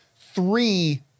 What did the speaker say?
three